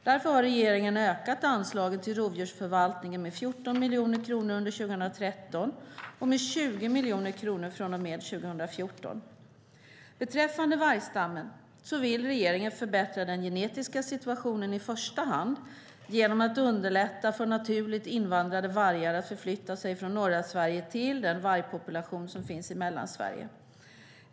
Därför har regeringen ökat anslagen till rovdjursförvaltningen med 14 miljoner kronor under 2013 och med 20 miljoner kronor från och med 2014. Beträffande vargstammen vill regeringen förbättra den genetiska situationen i första hand genom att underlätta för naturligt invandrade vargar att förflytta sig från norra Sverige till den vargpopulation som finns i Mellansverige.